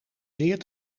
zeer